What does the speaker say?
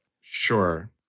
Sure